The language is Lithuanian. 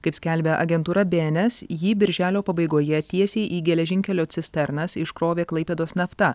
kaip skelbia agentūra bns jį birželio pabaigoje tiesiai į geležinkelio cisternas iškrovė klaipėdos nafta